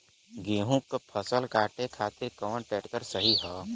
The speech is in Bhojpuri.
गेहूँक फसल कांटे खातिर कौन ट्रैक्टर सही ह?